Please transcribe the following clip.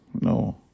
no